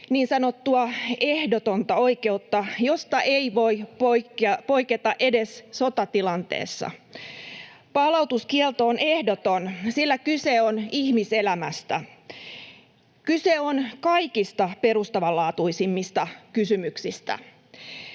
niin sanottua ehdotonta oikeutta, josta ei voi poiketa edes sotatilanteessa. Palautuskielto on ehdoton, sillä kyse on ihmiselämästä. Kyse on kaikista perustavanlaatuisimmista kysymyksistä.